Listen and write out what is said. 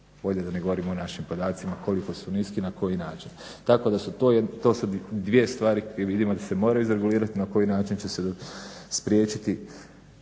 Bolje da ne govorimo o našim podacima koliko su niski, na koji način. Tako da su to, to su dvije stvari gdje vidimo da se moraju izregulirat na koji način će se spriječiti